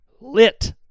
lit